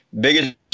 Biggest